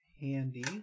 handy